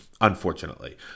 unfortunately